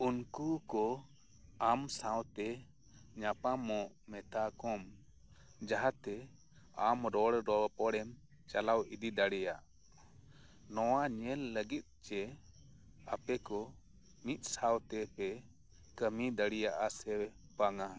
ᱩᱱᱠᱩ ᱠᱚ ᱟᱢ ᱥᱟᱶᱛᱮ ᱧᱟᱯᱟᱢᱚᱜ ᱢᱮᱛᱟ ᱠᱚᱢ ᱡᱟᱦᱟᱸᱛᱮ ᱟᱢ ᱨᱚᱲ ᱨᱚᱯᱚᱲᱮᱢ ᱪᱟᱞᱟᱣ ᱤᱫᱤ ᱫᱟᱲᱮᱭᱟᱜ ᱱᱚᱣᱟ ᱧᱮᱞ ᱞᱟᱹᱜᱤᱫ ᱪᱮ ᱟᱯᱮᱠᱚ ᱢᱤᱫ ᱥᱟᱶᱛᱮᱯᱮ ᱠᱟᱹᱢᱤ ᱫᱟᱲᱮᱭᱟᱜᱼᱟ ᱥᱮ ᱵᱟᱝᱼᱟ